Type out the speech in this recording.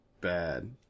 bad